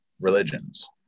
religions